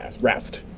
rest